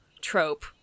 trope